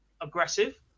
aggressive